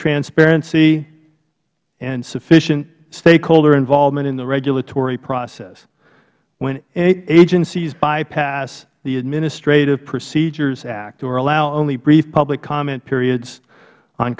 transparency and sufficient stakeholder involvement in the regulatory process when agencies bypass the administrative procedures act or allow only brief public comment periods on